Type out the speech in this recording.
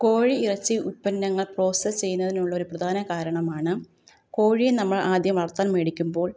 കോഴി ഇറച്ചി ഉത്പന്നങ്ങൾ പ്രോസസ്സ് ചെയ്യുന്നതിനുള്ള ഒരു പ്രധാന കാരണമാണ് കോഴിയെ നമ്മൾ ആദ്യം വളർത്താൻ മേടിക്കുമ്പോൾ